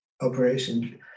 operation